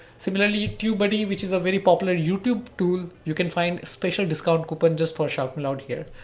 similarly tubebuddy, which is a very popular youtube tool, you can find special discount coupon just for shoutmeloud here.